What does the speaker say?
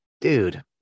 dude